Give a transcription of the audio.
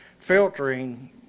filtering